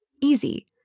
Easy